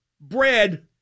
bread